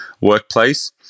workplace